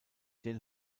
den